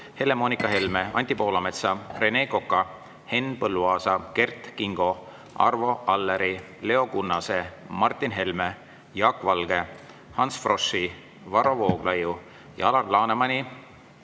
Helle- Moonika Helme, Anti Poolametsa, Rene Koka, Henn Põlluaasa, Kert Kingo, Arvo Alleri, Leo Kunnase, Martin Helme, Jaak Valge, Ants Froschi, Varro Vooglaiu ja Alar Lanemani